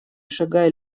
шагай